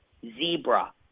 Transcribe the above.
Zebra